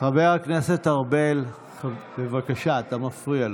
חבר הכנסת ארבל, בבקשה, אתה מפריע לו.